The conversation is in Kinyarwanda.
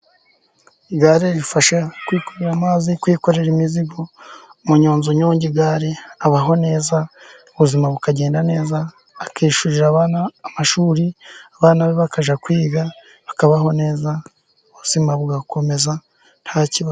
Igare rifasha kwikorera amazi, kwikorera imizigo, umunyonzi unyonga igare abaho neza, ubuzima bukagenda neza akishyurira abana amashuri, abana be bakajya kwiga bakabaho neza, ubuzima bugakomeza nta kibazo.